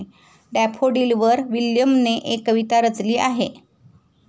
डॅफोडिलवर विल्यमने एक कविता रचली आहे